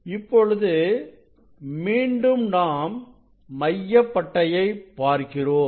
இப்பொழுது மீண்டும் நாம் மையப் பட்டையை பார்க்கிறோம்